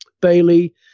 Bailey